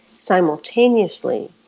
simultaneously